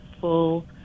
full